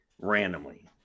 randomly